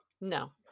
No